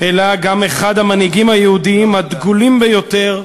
אלא גם אחד המנהיגים היהודים הדגולים ביותר,